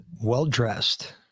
well-dressed